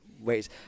ways